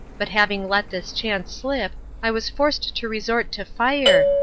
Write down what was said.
but having let this chance slip i was forced to resort to fire,